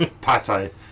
pate